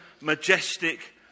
majestic